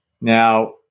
Now